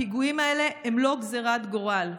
הפיגועים האלה הם לא גזרת גורל,